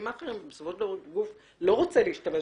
מאכערים כי בסופו של דבר הגוף הנתרם לא רוצה להשתמש